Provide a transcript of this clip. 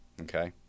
okay